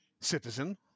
citizen